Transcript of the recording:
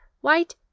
white